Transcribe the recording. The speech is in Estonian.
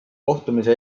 kohtumise